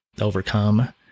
overcome